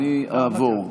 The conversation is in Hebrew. אני אעבור.